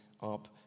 up